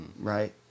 right